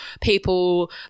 people